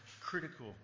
critical